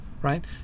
right